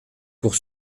pour